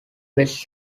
best